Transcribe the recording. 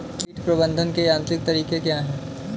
कीट प्रबंधक के यांत्रिक तरीके क्या हैं?